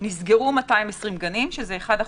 נסגרו 220 גנים, שזה 1%,